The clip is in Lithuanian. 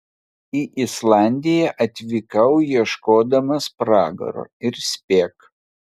į islandiją atvykau ieškodamas pragaro ir spėk